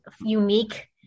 unique